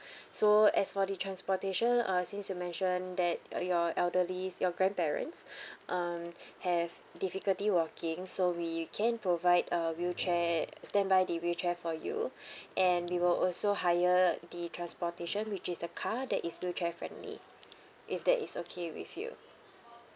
so as for the transportation uh since you mentioned that your elderlies your grandparents um have difficulty walking so we can provide a wheelchair standby the wheelchair for you and we will also hire the transportation which is the car that is wheelchair friendly if that is okay with you